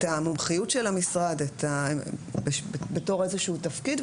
המומחיות של המשרד בתור איזשהו תפקיד,